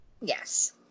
Yes